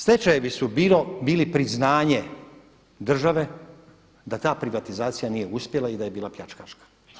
Stečajevi su bili priznanje države da ta privatizacija nije uspjela i da je bila pljačkaška.